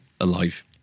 alive